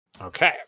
Okay